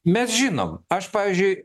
mes žinom aš pavyzdžiui